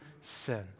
sin